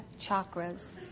chakras